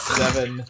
seven